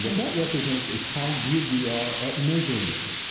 but that represents is how good we are at measuring it.